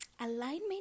alignment